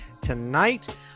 tonight